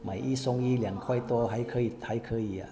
买一送一两块多还可以才可以